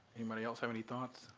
anybody else have any thoughts?